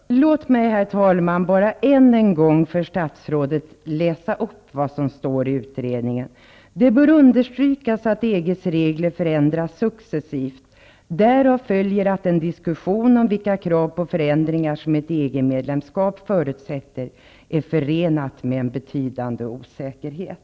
Herr talman! Jag vill bara än en gång för statsrådet läsa upp vad som står i utredningen: ''Det bör understrykas att EG:s regler förändras successivt. Därav följer att den diskussion om vilka krav på förändringar som ett EG-medlemskap förutsätter är förenad med en betydande osäkerhet.''